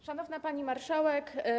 Szanowna Pani Marszałek!